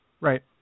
Right